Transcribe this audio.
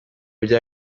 bya